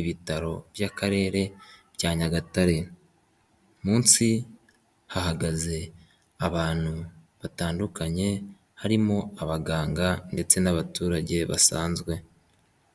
ibitaro by'akarere bya Nyagatare. Munsi hahagaze abantu batandukanye harimo abaganga ndetse n'abaturage basanzwe.